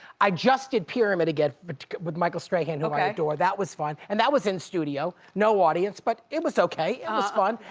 i just did pyramid again but with michael strahan, who i adore, that was fun, and that was in studio. no audience, but it was okay, it was fun.